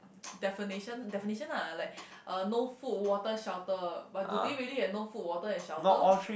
definition definition lah like uh no food water shelter but do they really have no food water and shelter